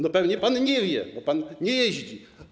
No pewnie pan nie wie, bo pan nie jeździ.